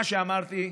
מה שאמרתי,